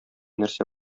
нәрсә